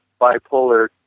bipolar